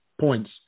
points